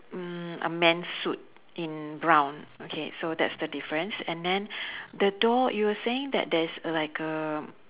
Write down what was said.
mm a man's suit in brown okay so that's the difference and then the door you were saying that there's a like a